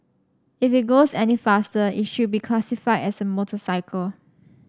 if it goes any faster it should be classified as a motorcycle